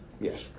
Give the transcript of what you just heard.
Yes